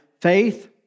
faith